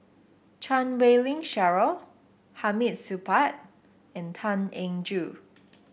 Chan Wei Ling Cheryl Hamid Supaat and Tan Eng Joo